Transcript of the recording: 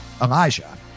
Elijah